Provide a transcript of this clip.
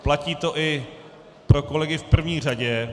Platí to i pro kolegy v první řadě.